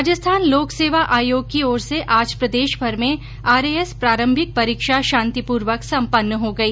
राजस्थान लोक सेवा आयोग की ओर से आज प्रदेशभर में आरएएस प्रारंभिक परीक्षा शांतिपूर्वक संपन्न हो गई